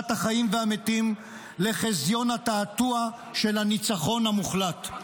החיים והמתים לחזיון התעתוע של הניצחון המוחלט.